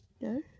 No